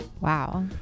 wow